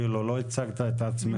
לא הצגת את עצמך.